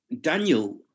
Daniel